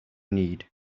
need